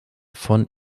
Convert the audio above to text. von